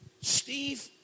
Steve